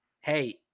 Hey